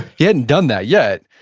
he hadn't done that yet,